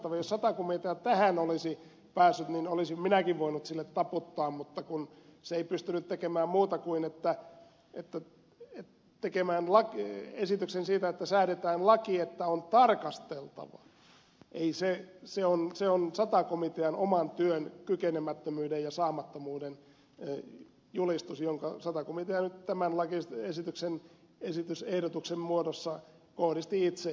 jos sata komitea tähän olisi päässyt olisin minäkin voinut sille taputtaa mutta kun se ei pystynyt tekemään muuta kuin esityksen siitä että säädetään laki että on tarkasteltava se on sata komitean oman työn kykenemättömyyden ja saamattomuuden julistus jonka sata komitea nyt tämän lakiehdotuksen muodossa kohdisti itse itseensä